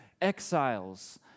exiles